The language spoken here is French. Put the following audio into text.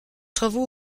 travaux